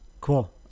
Cool